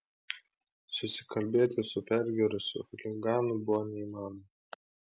susikalbėti su pergėrusiu chuliganu buvo neįmanoma